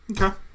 Okay